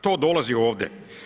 To dolazi ovdje.